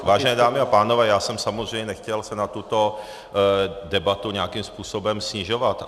Vážené dámy a pánové, já jsem se samozřejmě nechtěl na tuto debatu nějakým způsobem snižovat.